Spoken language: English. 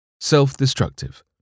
Self-destructive